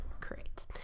great